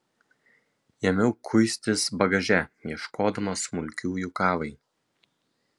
ėmiau kuistis bagaže ieškodama smulkiųjų kavai